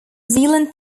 zealand